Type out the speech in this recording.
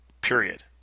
period